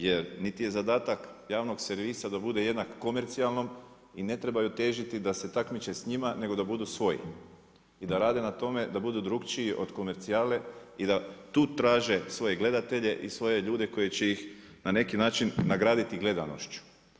Jer niti je zadatak javnog servisa da bude jednak komercijalnom, i ne trebaju težiti da se takmiče s njima, nego da budu svoji i da rade na tome da budu drukčiji od komercijale i da tu traže svoje gledatelje i svoje ljude koji će ih na neki način nagraditi gledanošću.